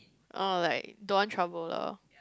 oh like don't want trouble lah